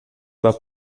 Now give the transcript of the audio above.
pas